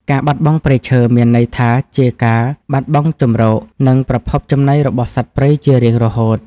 ការបាត់បង់ព្រៃឈើមានន័យថាជាការបាត់បង់ជម្រក និងប្រភពចំណីរបស់សត្វព្រៃជារៀងរហូត។